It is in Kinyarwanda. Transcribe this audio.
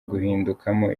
guhindukamo